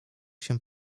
się